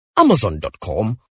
Amazon.com